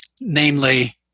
namely